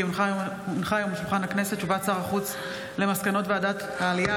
כי הונחה היום על שולחן הכנסת הודעת שר החוץ על מסקנות ועדת העלייה,